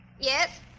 Yes